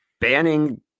banning